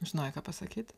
žinojai ką pasakyt